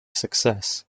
success